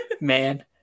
man